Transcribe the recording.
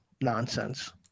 nonsense